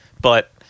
But-